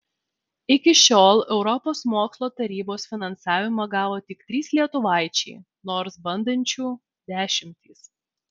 iki šiol europos mokslo tarybos finansavimą gavo tik trys lietuvaičiai nors bandančių dešimtys